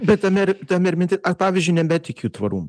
bet tame ir tame ir minti aš pavyzdžiui nebetikiu tvarumu